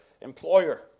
employer